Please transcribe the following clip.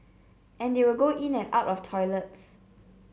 and they will go in and out of toilets